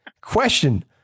question